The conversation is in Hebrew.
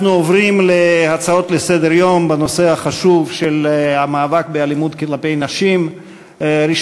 הצעת חוק הביטוח הלאומי (תיקון,